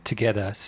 Together